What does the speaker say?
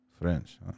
French